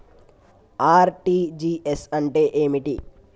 RTGS అంటే ఏమిటి?